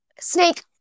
snake